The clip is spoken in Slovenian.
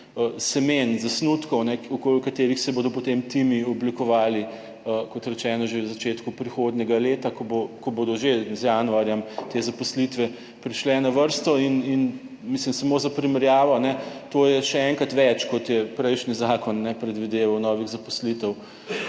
semen, zasnutkov okoli katerih se bodo potem timi oblikovali, kot rečeno, že v začetku prihodnjega leta, ko bodo že z januarjem te zaposlitve prišle na vrsto. In mislim, samo za primerjavo, to je še enkrat več, kot je prejšnji, zakon ne predvideva novih zaposlitev